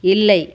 இல்லை